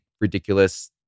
ridiculous